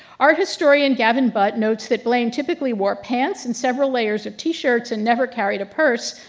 art historian gavin butt notes that blaine typically wore pants and several layers of t-shirts and never carried a purse.